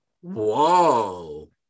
Whoa